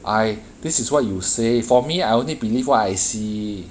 I this is what you say for me I only believe what I see